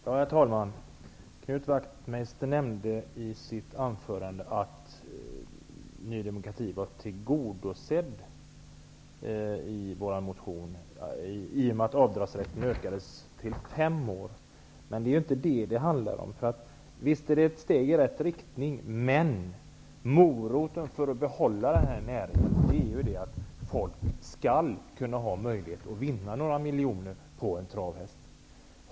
Herr talman! Knut Wachtmeister nämnde i sitt anförande att kraven i Ny demokratis motion var tillgodosedda genom att avdragsrätten utökades till att omfatta fem år. Det handlar ju inte om det. Visst är det ett steg i rätt riktning, men moroten i näringen är ju att folk skall kunna ha möjlighet att vinna några miljoner på en travhäst.